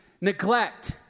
neglect